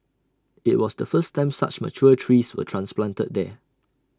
IT was the first time such mature trees were transplanted there